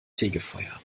fegefeuer